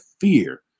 fear